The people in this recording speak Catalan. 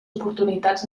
oportunitats